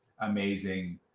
amazing